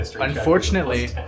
unfortunately